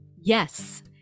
yes